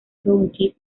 county